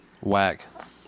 whack